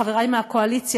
חברי מהקואליציה,